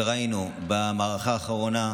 וראינו במערכה האחרונה,